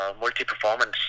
multi-performance